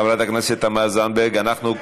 חברת הכנסת תמר זנדברג, אנחנו,